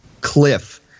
cliff